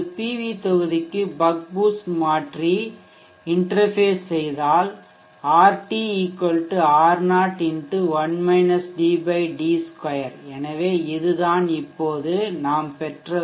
we தொகுதிக்கு buck boost மாற்றி interface இடைமுகமாக செய்தால் R T R0 x d2 எனவே இதுதான் இப்போது நாம் பெற்ற உறவு